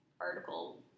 article